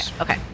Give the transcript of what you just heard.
okay